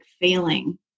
failing